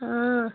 हाँ